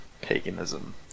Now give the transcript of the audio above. paganism